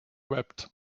wept